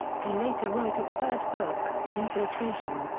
he later wrote a third book, infiltration,